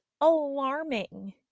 alarming